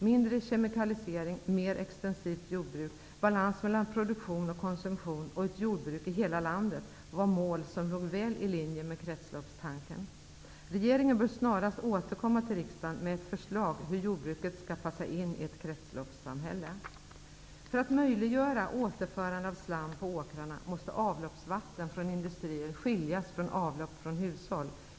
Mindre kemikaliesering, mer extensivt jordbruk, balans mellan produktion och konsumtion och ett jordbruk i hela landet var mål som låg väl i linje med kretsloppstanken. Regeringen bör snarast återkomma till riksdagen med ett förslag om hur jordbruket skall passa in i ett kretsloppssamhälle. För att möjliggöra återförandet av slam på åkrarna, måste avloppsvatten från industrier skiljas från avlopp från hushåll.